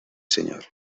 señor